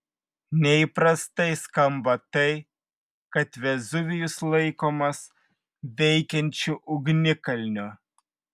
neįprastai skamba tai kad vezuvijus laikomas veikiančiu ugnikalniu